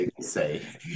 say